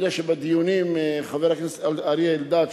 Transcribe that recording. אני יודע שבדיונים חבר הכנסת אריה אלדד,